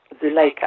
Zuleika